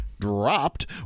dropped